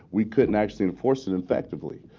we couldn't actually enforce it effectively.